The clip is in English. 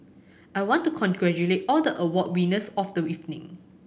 I want to congratulate all the award winners of the evening